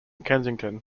kensington